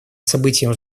событием